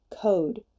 code